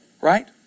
Right